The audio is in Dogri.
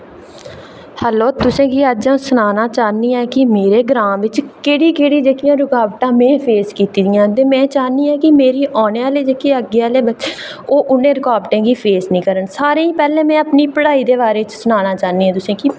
हैलो तुसेंगी अज्ज अंऊ सनाना चाह्न्नी आं की मेरे ग्रांऽ बिच केह्डी केह्ड़ी जेह्ड़ियां में रुकावटां में फेस कीतियां ते में चाह्न्नी आं की मेरे औने आह्ले जेह्के अग्गें आह्ले बच्चे न ओह् उनें रुकावटें गी फेस निं करन सारें ई पैह्लें में अपनी पढ़ाई दे बारै च सनाना चाह्नीं आं तुसें ई